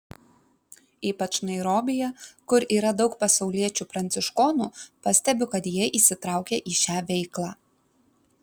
ypač nairobyje kur yra daug pasauliečių pranciškonų pastebiu kad jie įsitraukę į šią veiklą